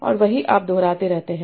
और वही आप दोहराते रहते हैं